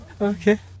Okay